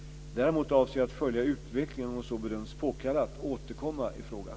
Däremot avser jag att följa utvecklingen och om så bedöms påkallat återkomma i frågan.